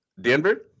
Denver